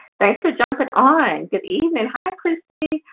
thanks for jumping on good evening. hi christy.